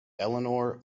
elinor